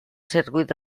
circuit